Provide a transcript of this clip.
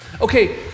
Okay